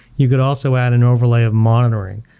you could also add an overlay of monitoring,